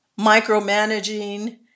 micromanaging